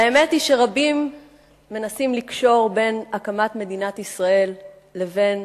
האמת היא שרבים מנסים לקשור בין הקמת מדינת ישראל לבין